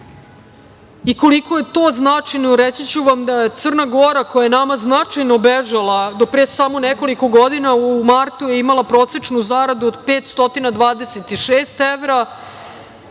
i koliko je to značajno reći ću vam da je Crna Gora, koja je nama značajno bežala do samo pre nekoliko godina, u martu je imala prosečnu zaradu od 526 evra,